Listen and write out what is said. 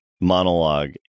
monologue